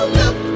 look